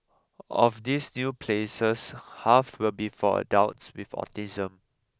of these new places half will be for adults with autism